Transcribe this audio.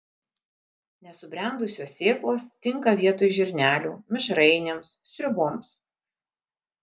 nesubrendusios sėklos tinka vietoj žirnelių mišrainėms sriuboms